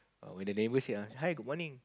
oh when the neighbour say ah hi good morning